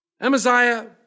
Amaziah